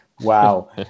Wow